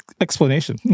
explanation